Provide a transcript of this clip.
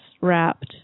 wrapped